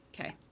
Okay